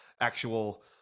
actual